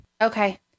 Okay